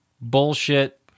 bullshit